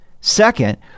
Second